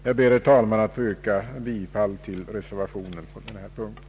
Jag ber, herr talman, att få yrka bifall till reservationen under denna punkt.